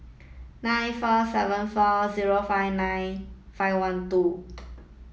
nine four seven four zero five nine five one two